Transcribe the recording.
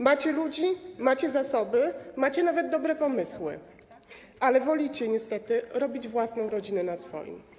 Macie ludzi, macie zasoby, macie nawet dobre pomysły, ale wolicie niestety robić własną rodzinę na swoim.